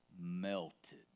melted